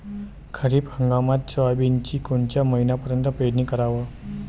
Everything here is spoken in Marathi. खरीप हंगामात सोयाबीनची कोनच्या महिन्यापर्यंत पेरनी कराव?